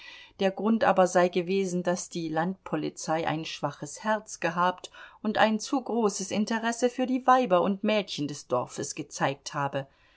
der grund aber sei gewesen daß die landpolizei ein schwaches herz gehabt und ein zu großes interesse für die weiber und mädchen des dorfes gezeigt habe